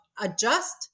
adjust